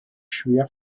schwer